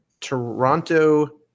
Toronto